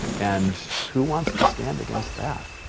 and who wants to stand against that?